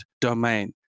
domain